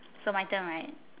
so my turn right